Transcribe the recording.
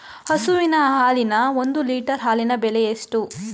ಹಸುವಿನ ಹಾಲಿನ ಒಂದು ಲೀಟರ್ ಹಾಲಿನ ಬೆಲೆ ಎಷ್ಟು?